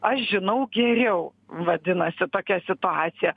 aš žinau geriau vadinasi tokia situacija